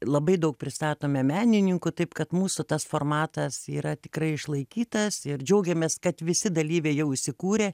labai daug pristatome menininkų taip kad mūsų tas formatas yra tikrai išlaikytas ir džiaugiamės kad visi dalyviai jau įsikūrė